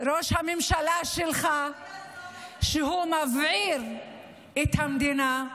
ראש הממשלה שלך שהוא מבעיר את המדינה,